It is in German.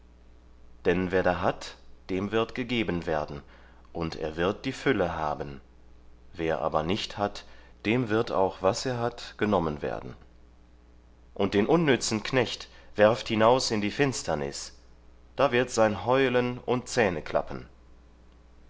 denn wer da hat dem wird gegeben werden und er wird die fülle haben wer aber nicht hat dem wird auch was er hat genommen werden und den unnützen knecht werft hinaus in die finsternis da wird sein heulen und